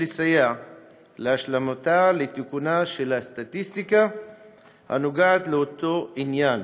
לסייע להשלמתה או לתיקונה של הסטטיסטיקה הנוגעת לאותו עניין,